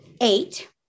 eight